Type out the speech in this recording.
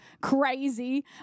crazy